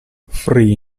free